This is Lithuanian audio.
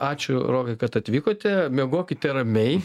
ačiū rokai kad atvykote miegokite ramiai